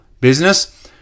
business